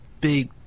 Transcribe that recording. Big